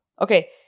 Okay